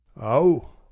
Oh